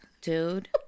Dude